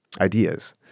ideas